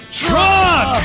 truck